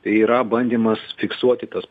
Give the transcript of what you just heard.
tai yra bandymas fiksuoti tas